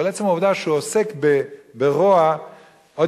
אבל עצם העובדה שהוא עוסק ברוע הופך אותו לאיש רע.